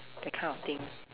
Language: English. that kind of thing